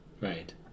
Right